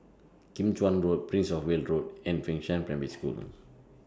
Kim Chuan Road Prince of Wales Road and Fengshan Primary School